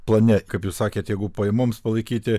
plane kaip jūs sakėt jeigu pajamoms palaikyti